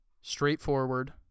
Straightforward